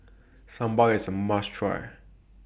Sambar IS A must Try